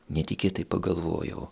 netikėtai pagalvojau